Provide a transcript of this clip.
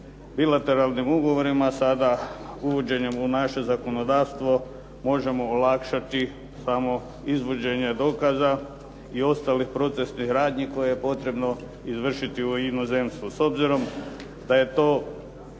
bilateralnim ugovorima, sada uvođenjem u naše zakonodavstvo možemo olakšati izvođenje dokaza i ostalih procesnih radnji koje je potrebno izvršiti u inozemstvu. S obzirom da je to